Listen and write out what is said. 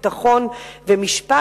ביטחון ומשפט,